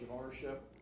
ownership